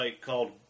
called